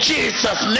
Jesus